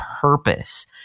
purpose